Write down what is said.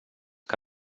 que